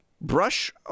brush